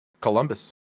Columbus